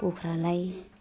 कुखुरालाई